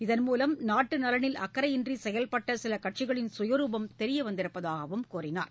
இதன் மூலம் நாட்டு நலனில் அக்கறையின்றி செயல்பட்ட சில கட்சிகளின் சுயரூபம் தெரியவந்திருப்பதாகவும் கூறினார்